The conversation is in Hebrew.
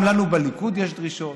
גם לנו בליכוד יש דרישות